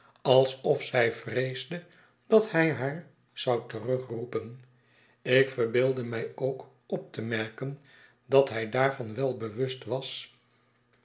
alsof zij vreesde dat hij haar zou terugroepen ik verbeeld'de mij ook op te merken dat hij daarvan wel bewust was